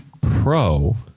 Pro